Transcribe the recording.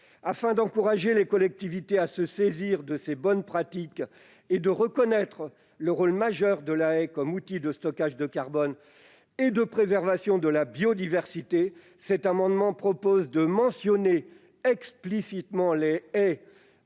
Afin d'encourager les collectivités à utiliser ces bonnes pratiques et de reconnaître le rôle majeur de la haie comme outil de stockage du carbone et de préservation de la biodiversité, cet amendement tend à mentionner explicitement les haies